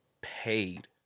paid